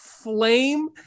flame